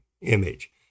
image